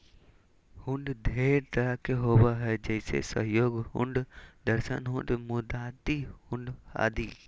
हुंडी ढेर तरह के होबो हय जैसे सहयोग हुंडी, दर्शन हुंडी, मुदात्ती हुंडी आदि